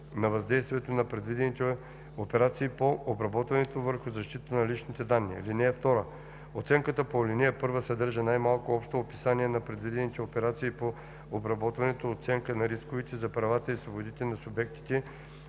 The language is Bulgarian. на въздействието на предвидените операции по обработването върху защитата на личните данни. (2) Оценката по ал. 1 съдържа най-малко общо описание на предвидените операции по обработване, оценка на рисковете за правата и свободите на субектите